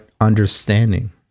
understanding